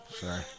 sorry